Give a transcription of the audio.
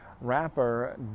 Rapper